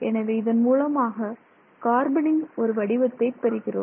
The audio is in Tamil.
எனவே இதன் மூலமாக கார்பனின் ஒரு வடிவத்தை பெறுகிறோம்